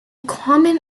common